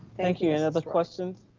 thank you any other questions?